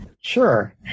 Sure